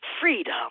freedom